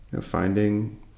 finding